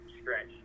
stretch